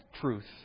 truth